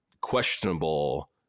questionable